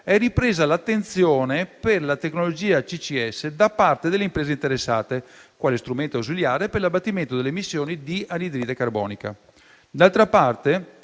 ripresa l'attenzione per la tecnologia CCS da parte delle imprese interessate, quale strumento ausiliare per l'abbattimento delle emissioni di anidride carbonica. D'altra parte,